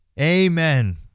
amen